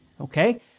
okay